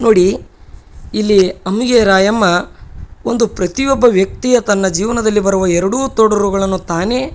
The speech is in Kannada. ನೋಡಿ ಇಲ್ಲಿ ಅಮುಗೆ ರಾಯಮ್ಮ ಒಂದು ಪ್ರತಿಯೊಬ್ಬ ವ್ಯಕ್ತಿಯ ತನ್ನ ಜೀವನದಲ್ಲಿ ಬರುವ ಎಡರು ತೊಡರುಗಳನ್ನು ತಾನೇ